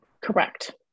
Correct